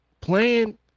playing